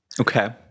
okay